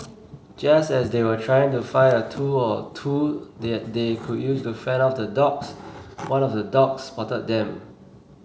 just as they were trying to find a tool or two that they could use to fend off the dogs one of the dogs spotted them